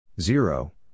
Zero